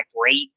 great